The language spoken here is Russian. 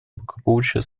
благополучие